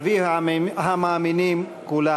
אבי המאמינים כולם.